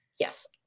Yes